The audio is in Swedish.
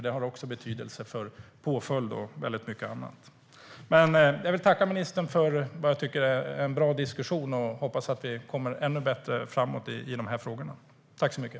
Det har betydelse för påföljderna och för mycket annat. Jag vill tacka ministern för en bra diskussion och hoppas att vi kommer framåt ännu mer vad gäller dessa frågor.